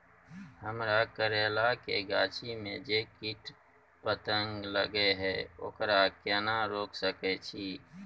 हमरा करैला के गाछी में जै कीट पतंग लगे हैं ओकरा केना रोक सके छी?